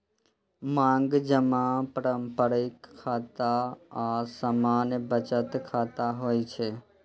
मांग जमा पारंपरिक खाता आ सामान्य बचत खाता होइ छै